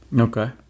Okay